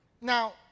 Now